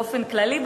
באופן כללי,